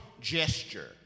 gesture